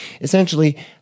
Essentially